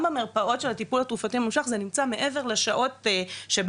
גם המרפאות של הטיפול התרופתי הממושך זה נמצא מעבר לשעות שבהם